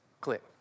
Click